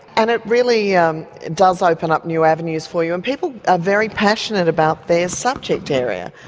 and it really um does open up new avenues for you. and people are very passionate about their subject area,